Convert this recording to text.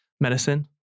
medicine